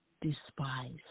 despise